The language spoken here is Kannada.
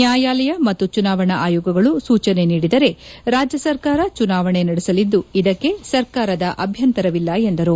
ನ್ಯಾಯಾಲಯ ಮತ್ತು ಚುನಾವಣಾ ಆಯೋಗಗಳು ಸೂಚನೆ ನೀಡಿದರೆ ರಾಜ್ಯ ಸರ್ಕಾರ ಚುನಾವಣೆ ನಡೆಸಲಿದ್ದು ಇದಕ್ಕೆ ಸರಕಾರದ ಅಭ್ಯಂತರವಿಲ್ಲ ಎಂದರು